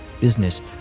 business